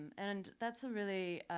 and that's a really,